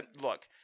look